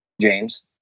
James